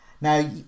Now